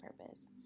purpose